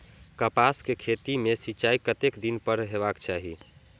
कपास के खेती में सिंचाई कतेक दिन पर हेबाक चाही?